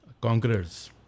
Conquerors